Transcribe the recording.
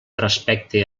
respecte